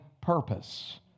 purpose